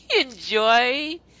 enjoy